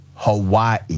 Hawaii